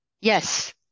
Yes